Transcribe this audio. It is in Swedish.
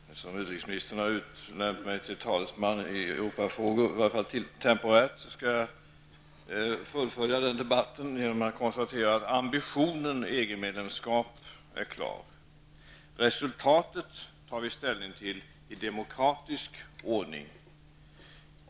Herr talman! Eftersom utrikesministern, i varje fall temporärt, har utnämnt mig till talesman i Europafrågor skall jag fullfölja den debatten genom att konstatera att det står klart vad som är vår ambition, nämligen EG-medlemskap. Resultatet tar vi ställning till i demokratisk ordning.